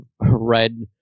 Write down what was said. red